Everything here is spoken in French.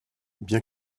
bien